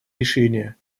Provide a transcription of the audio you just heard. решения